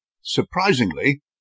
Surprisingly